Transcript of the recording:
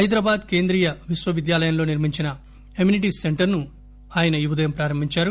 హైదరాబాద్ కేంద్రీయ విశ్వవిద్యాలయం లో నిర్మించిన అమినిటీస్ సెంటర్ ను ఈ ఉదయం ప్రారంభించారు